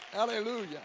Hallelujah